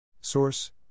Source